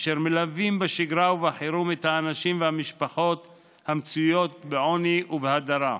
אשר מלוות בשגרה ובחירום את האנשים והמשפחות המצויים בעוני ובהדרה.